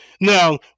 Now